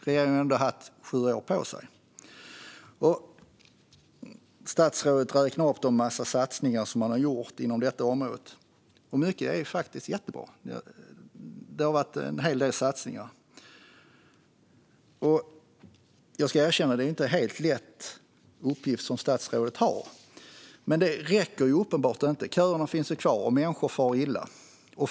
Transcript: Regeringen har ändå haft sju år på sig. Statsrådet räknar upp en massa satsningar regeringen har gjort på detta område, och mycket är jättebra. Jag medger att statsrådets uppgift inte är helt lätt, men satsningarna räcker uppenbart inte. Köerna finns kvar, och människor far illa.